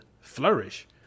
flourish